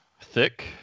thick